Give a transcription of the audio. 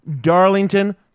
Darlington